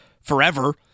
forever